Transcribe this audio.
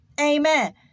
Amen